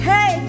Hey